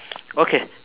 okay